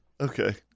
Okay